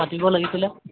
পাতিব লাগিছিলে